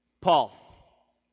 Paul